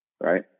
Right